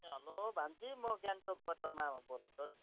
हलो भान्जी म गान्तोकबाट मामा बोलेको नि